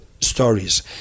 stories